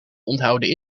onthouden